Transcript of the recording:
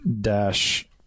dash